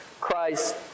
Christ